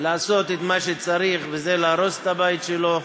לעשות את מה שצריך, וזה להרוס את הבית שלו.